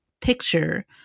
picture